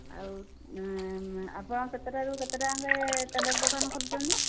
ଆଉ ଆପଣ କେତେଟାରୁ କେତେ ଯାଏଁକେ ଟେଲର୍ ଦୋକାନ ଖୋଳୁଛନ୍ତି